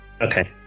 Okay